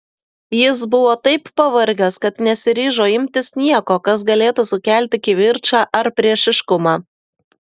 jis buvo taip pavargęs kad nesiryžo imtis nieko kas galėtų sukelti kivirčą ar priešiškumą